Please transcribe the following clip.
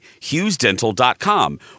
HughesDental.com